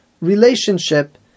relationship